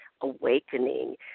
awakening